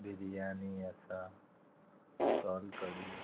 बिरयानी आसा सोल कडी